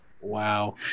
Wow